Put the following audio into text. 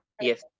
yes